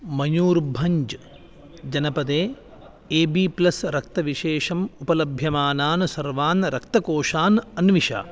मयूर्भञ्ज् जनपदे A B plus रक्तविशेषम् उपलभ्यमानान् सर्वान् रक्तकोषान् अन्विष